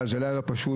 לא היה פשוט,